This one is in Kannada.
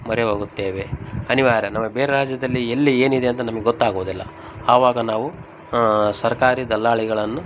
ಮೊರೆ ಹೋಗುತ್ತೇವೆ ಅನಿವಾರ್ಯ ನಮಗೆ ಬೇರೆ ರಾಜ್ಯದಲ್ಲಿ ಎಲ್ಲಿ ಏನಿದೆ ಅಂತ ನಮಗೆ ಗೊತ್ತಾಗೋದಿಲ್ಲ ಆವಾಗ ನಾವು ಸರ್ಕಾರಿ ದಲ್ಲಾಳಿಗಳನ್ನು